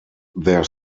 there